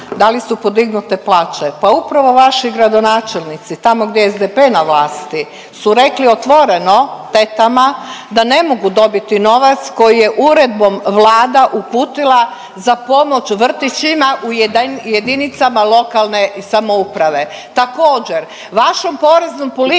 Da li su podignute plaće? Pa upravo vaši gradonačelnici tamo gdje je SDP na vlasti su rekli otvoreno tetama da ne mogu dobiti novac koji je uredbom Vlada uputila za pomoć vrtićima u jedinicama lokalne samouprave. Također, vašom poreznom politikom